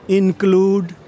include